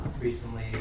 recently